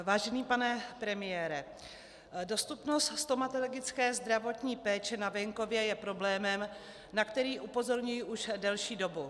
Vážený pane premiére, dostupnost stomatologické zdravotní péče na venkově je problémem, na který upozorňuji už delší dobu.